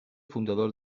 fundador